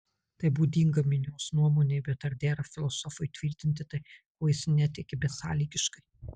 tai būdinga minios nuomonei bet ar dera filosofui tvirtinti tai kuo jis netiki besąlygiškai